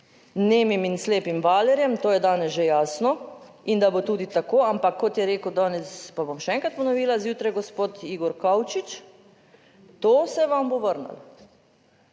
nemim in slepim valjarjem, to je danes že jasno in da bo tudi tako, ampak kot je rekel danes, pa bom še enkrat ponovila, zjutraj gospod Igor Kavčič, to se vam bo vrnilo,